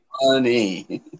funny